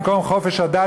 במקום "חופש הדת",